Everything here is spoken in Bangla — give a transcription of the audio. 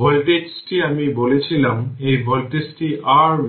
ভোল্টেজটি আমি বলেছিলাম এই ভোল্টেজটি r v